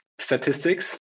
statistics